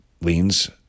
leans